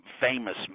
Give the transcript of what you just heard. famous